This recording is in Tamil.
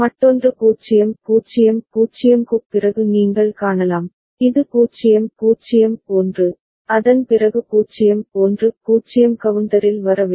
மற்றொன்று 0 0 0 க்குப் பிறகு நீங்கள் காணலாம் இது 0 0 1 அதன் பிறகு 0 1 0 கவுண்டரில் வர வேண்டும்